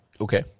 Okay